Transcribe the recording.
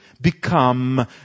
become